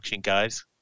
guys